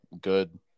good